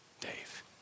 Dave